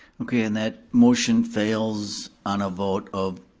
okay, and that motion fails on a vote of,